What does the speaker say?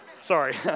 Sorry